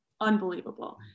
unbelievable